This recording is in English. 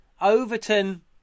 Overton